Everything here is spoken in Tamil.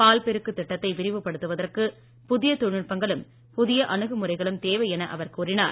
பால் பெருக்கு திட்டத்தை விரிவுபடுத்துவதற்கு புதிய தொழில்நுட்பங்களும் புதிய அணுகுழுறைகளும் தேவை என அவர் கூறினார்